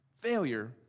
failure